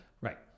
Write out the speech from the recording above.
Right